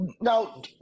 now